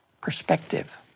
perspective